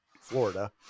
Florida